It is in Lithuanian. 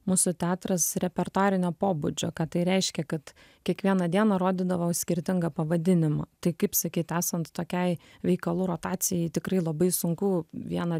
mūsų teatras repertuarinio pobūdžio ką tai reiškia kad kiekvieną dieną rodydavo skirtingą pavadinimą tai kaip sakyt esant tokiai veikalų rotacijai tikrai labai sunku vieną